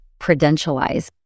prudentialize